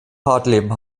hartleben